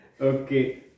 okay